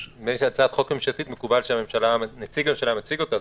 שהצעת חוק ממשלתית, מקובל שנציג הממשלה מציג אותה.